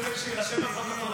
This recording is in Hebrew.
אני רוצה שיירשם בפרוטוקול,